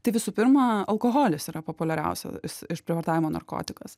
tai visų pirma alkoholis yra populiariausias išprievartavimo narkotikas